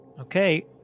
Okay